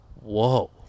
whoa